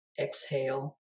exhale